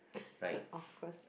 right